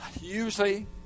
Usually